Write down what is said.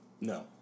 No